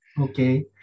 Okay